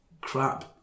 Crap